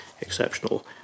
exceptional